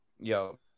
Yo